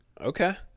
Okay